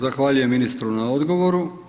Zahvaljujem ministru na odgovoru.